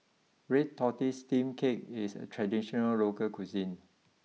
Red Tortoise Steamed Cake is a traditional local cuisine